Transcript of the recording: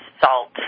salt